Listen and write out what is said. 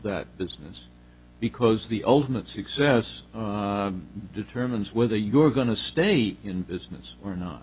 that business because the ultimate success determines whether you're going to stay in business or not